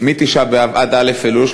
מתשעה באב ועד א' אלול,